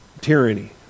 tyranny